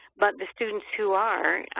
but the students who are,